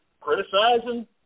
criticizing